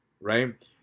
right